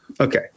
Okay